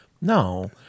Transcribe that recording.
No